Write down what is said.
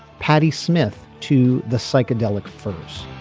patti smith to the psychedelic furs